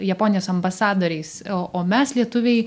japonijos ambasadoriais o o mes lietuviai